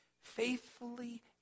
faithfully